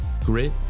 grit